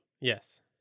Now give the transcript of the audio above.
Yes